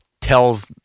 tells